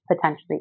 potentially